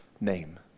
name